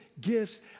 gifts